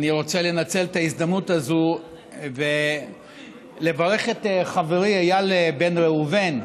אני רוצה לנצל את ההזדמנות הזו ולברך את חברי איל בן ראובן.